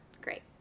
Great